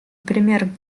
пример